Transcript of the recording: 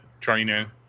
training